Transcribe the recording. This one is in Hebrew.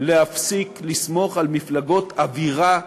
להפסיק לסמוך על מפלגות אווירה,